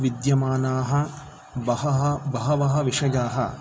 विद्यमानाः बहवः विषयाः